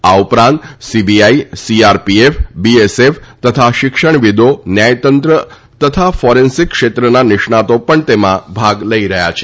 આ ઉપરાંત CBI CRPF BSF તથા શિક્ષણવિદો ન્યાયતંત્ર તથા ફોરેન્સીક ક્ષેત્રના નિષ્ણાંતો પણ તેમાં ભાગ લઇ રહયાં છે